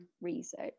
research